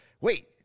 wait